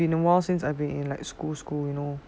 it's been awhile since I've been in like school school you know